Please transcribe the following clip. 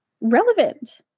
relevant